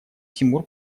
тимур